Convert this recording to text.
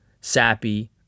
sappy